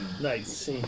Nice